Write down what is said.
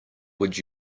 would